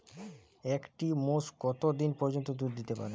একটি মোষ কত দিন পর্যন্ত দুধ দিতে পারে?